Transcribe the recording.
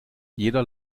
jeder